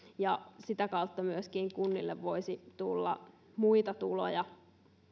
ja sitä kautta myöskin kunnille voisi tulla muita tuloja